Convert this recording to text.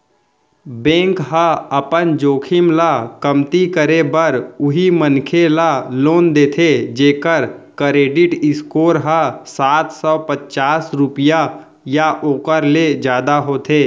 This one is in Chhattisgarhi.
बेंक ह अपन जोखिम ल कमती करे बर उहीं मनखे ल लोन देथे जेखर करेडिट स्कोर ह सात सव पचास रुपिया या ओखर ले जादा होथे